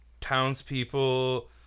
townspeople